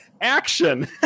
Action